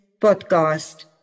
podcast